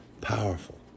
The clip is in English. Powerful